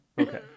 Okay